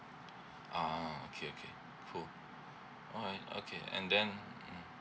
ah okay okay full all right okay and then mm